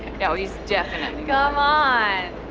no, he's definitely come on.